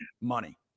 money